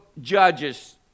Judges